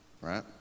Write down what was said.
right